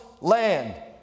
land